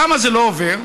למה זה לא עובר?